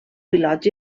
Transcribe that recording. pilots